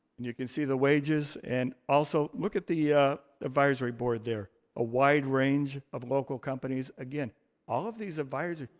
and you can see the wages and also, look at the advisory board there. a wide range of local companies. again, all of these advisors,